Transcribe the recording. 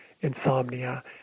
insomnia